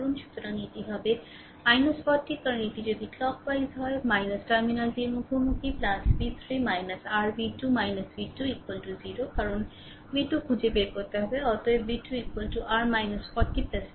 সুতরাং এটি হবে 40 কারণ এটি যদি ঘড়ির মতো হয় টার্মিনালটির মুখোমুখি v3 r v2 v2 0 কারণ v2 খুঁজে বের করতে হবে অতএব v2 r 40 v3